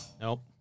Nope